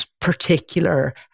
particular